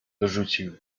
dorzucił